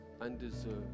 undeserved